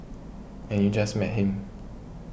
and you just met him